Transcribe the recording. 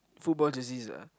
football disease ah